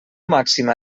màxima